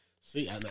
see